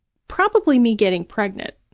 probably me getting pregnant,